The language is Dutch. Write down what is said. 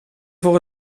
voor